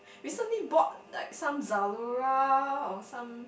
recently bought like some Zalora or some